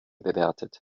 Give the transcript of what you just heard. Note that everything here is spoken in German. bewertet